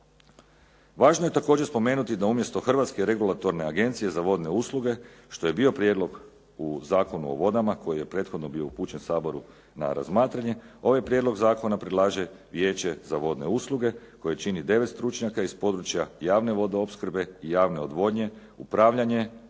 Važno je također spomenuti da umjesto Hrvatske regulatorne agencije za vodne usluge što je bio prijedlog u Zakonu o vodama koji je prethodno bio upućen Saboru na razmatranje ovaj prijedlog zakona predlaže Vijeće za vodne usluge koje čini devet stručnjaka iz područja javne vodoopskrbe i javne odvodnje, upravljanje